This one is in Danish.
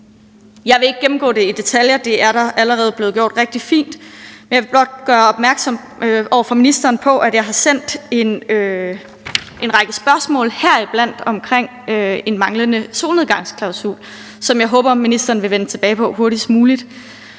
Jeg vil ikke gennemgå det konkrete lovforslag i detaljer. Det er allerede blevet gjort rigtig fint. Men jeg vil blot gøre opmærksom på over for ministeren, at jeg har sendt en række spørgsmål, heriblandt om en manglende solnedgangsklausul, som jeg håber ministeren vil vende tilbage med svar på hurtigst muligt.